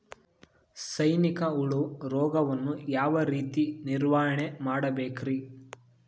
ಸೈನಿಕ ಹುಳು ರೋಗವನ್ನು ಯಾವ ರೇತಿ ನಿರ್ವಹಣೆ ಮಾಡಬೇಕ್ರಿ?